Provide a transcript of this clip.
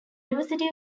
university